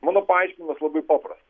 mano paaiškinimas labai papras